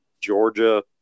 georgia